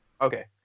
Okay